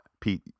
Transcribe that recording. Pete